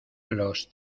los